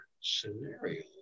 scenario